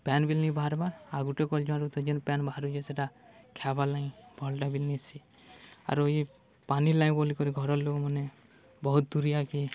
ପାଏନ୍ ବିଲ୍ ନେଇି ବାହାର୍ବାର୍ ଆର୍ ଗୁଟେ କଲ୍ଚୁଆଁ ତ ଯେନ୍ ପାଏନ୍ ବାହାରୁଚେ ସେଟା ଖାଏବାର୍ ଲାଗି ଭଲ୍ଟା ବିଲ୍ ନିସେ ଆରୁ ଇ ପାନି ଲାଗି ବୋଲିକରି ଘରର୍ ଲୋକ୍ମାନେ ବହୁତ୍ ଦୂରିଆକେ